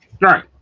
Right